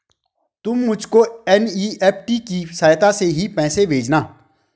तुम मुझको एन.ई.एफ.टी की सहायता से ही पैसे भेजना